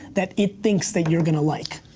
that it thinks that you're gonna like.